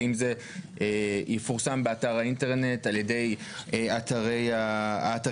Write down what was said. האם זה יפורסם באתר האינטרנט על ידי האתרים הקולטים,